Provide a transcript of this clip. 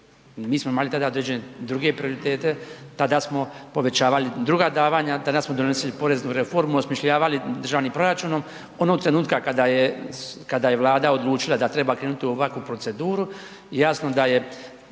Mi smo imali tada određene druge prioritete, tada smo povećavali druga davanja, tada smo donosili poreznu reformu, osmišljavali državni proračunom. Onog trenutka kada je, kada je Vlada odlučila da treba krenut u ovakvu proceduru jasno da je